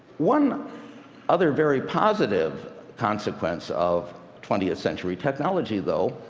one other very positive consequence of twentieth century technology, though,